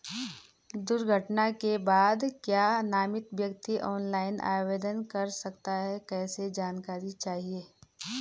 दुर्घटना के बाद क्या नामित व्यक्ति ऑनलाइन आवेदन कर सकता है कैसे जानकारी चाहिए?